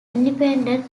independent